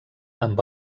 amb